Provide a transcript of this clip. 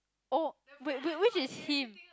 oh wait wait which is him